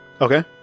Okay